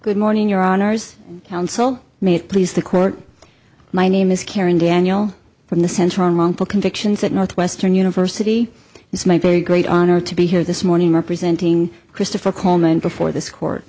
good morning your honour's council may please the court my name is karen daniel from the center on wrongful convictions at northwestern university is my very great honor to be here this morning representing christopher coleman before this court